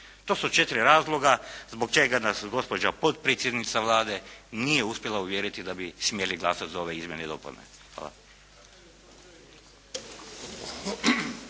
To su četiri razloga zbog čega nas gospođa potpredsjednica Vlade nije uspjela uvjeriti da bi smjeli glasati za ove izmjene i dopune. Hvala.